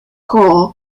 kroll